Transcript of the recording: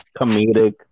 comedic